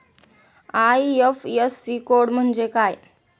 IFSC code म्हणजे काय?